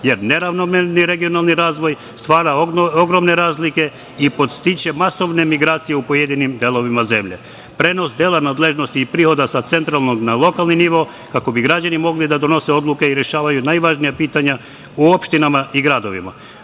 jer neravnomerni regionalni razvoj stvara ogromne razlike i podstiče masovne migracije u pojedinim delovima zemlje. Prenos dela nadležnosti i prihoda sa centralnog na lokalni nivo kako bi građani mogli da donose odluke i rešavaju najvažnija pitanja u opštinama i gradovima. Nažalost,